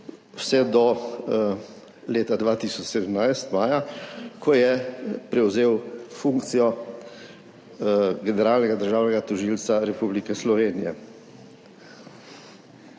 vse do maja leta 2017, ko je prevzel funkcijo generalnega državnega tožilca Republike Slovenije.